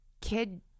kid